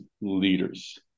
leaders